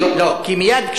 כי מייד,